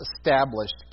established